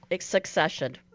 succession